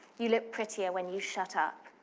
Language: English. you look prettier when you shut up.